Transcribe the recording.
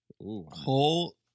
Whole